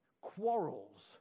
quarrels